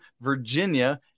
Virginia